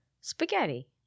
spaghetti